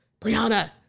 Brianna